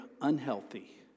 unhealthy